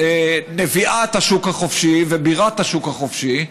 נביאת השוק החופשי ובירת השוק החופשי,